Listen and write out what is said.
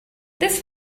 this